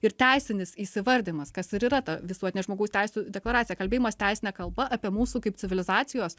ir teisinis įvardijimas kas ir yra ta visuotinė žmogaus teisių deklaracija kalbėjimas teisine kalba apie mūsų kaip civilizacijos